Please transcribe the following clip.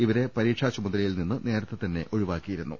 ഇവരെ പരീക്ഷാ ചുമതലയിൽ നിന്ന് നേരത്തെതന്നെ ഒഴിവാക്കിയിരുന്നു